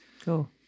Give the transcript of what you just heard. Cool